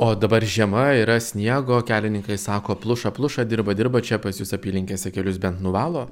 o dabar žiema yra sniego kelininkai sako pluša pluša dirba dirba čia pas jus apylinkėse kelius bent nuvalo